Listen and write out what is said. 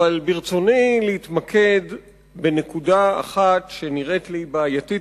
אבל ברצוני להתמקד בנקודה אחת שנראית לי בעייתית